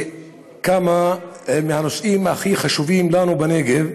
כמה מהנושאים הכי חשובים לנו בנגב,